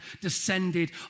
descended